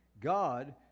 God